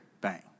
Bang